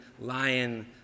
lion